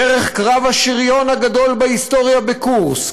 דרך קרב השריון הגדול בהיסטוריה בקורסק,